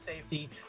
safety